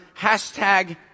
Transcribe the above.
hashtag